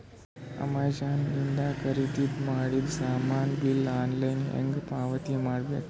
Amazon ಇಂದ ಖರೀದಿದ ಮಾಡಿದ ಸಾಮಾನ ಬಿಲ್ ಆನ್ಲೈನ್ ಹೆಂಗ್ ಪಾವತಿಸ ಬೇಕು?